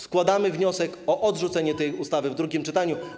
Składamy wniosek o odrzucenie tej ustawy w drugim czytaniu.